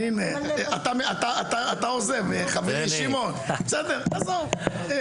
אתה עוזב חברי שמעון, בסדר עזוב.